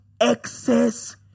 excess